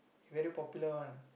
he very popular one